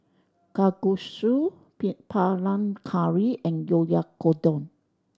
Kalguksu Panang Curry and Oyakodon